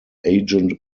agent